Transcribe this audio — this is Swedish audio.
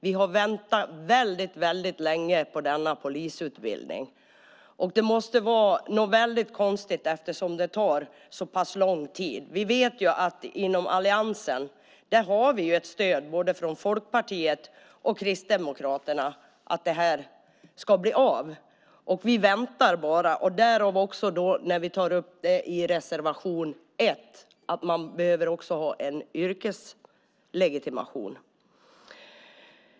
Vi har väntat väldigt länge på en akademisk polisutbildning. Det är konstigt att det tar så pass lång tid. Vi vet att vi har ett stöd hos alliansen från både Folkpartiet och Kristdemokraterna för att det här ska bli av. Vi väntar nu bara. Vi tar i reservation 1 också upp behovet av en yrkeslegitimation.